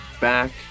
back